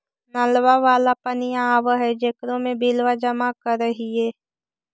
नलवा वाला पनिया आव है जेकरो मे बिलवा जमा करहिऐ?